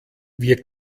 wir